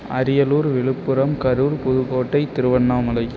Ariyalur Viluppuram Karur Pudukkottai Tiruvannamalai